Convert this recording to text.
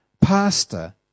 pastor